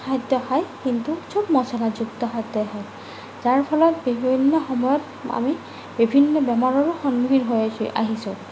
খাদ্য খায় কিন্তু চব মচলাযুক্ত খাদ্য খায় যাৰ ফলত বিভিন্ন সময়ত আমি বিভিন্ন বেমাৰৰো সন্মুখীন হৈ আহিছোঁ